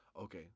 Okay